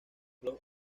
los